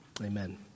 Amen